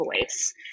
voice